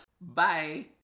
Bye